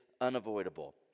unavoidable